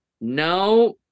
no